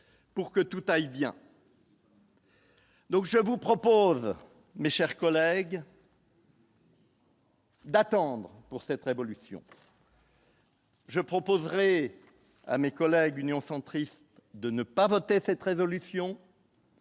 pour que tout aille bien. Donc, je vous propose mes chers collègues. D'attendre pour cette révolution. Je proposerai à mes collègues, Union centriste de ne pas voter cette résolution.